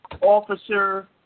officer